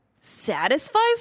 satisfies